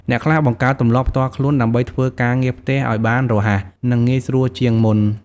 អ្នកខ្លះបង្កើតទម្លាប់ផ្ទាល់ខ្លួន ដើម្បីធ្វើការងារផ្ទះឱ្យបានរហ័ស និងងាយស្រួលជាងមុន។